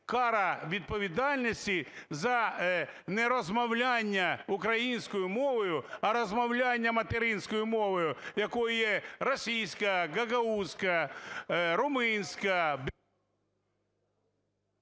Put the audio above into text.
кара відповідальності за нерозмовляння українською мовою, а розмовляння материнською мовою, якою є російська, гагаузька, румунська…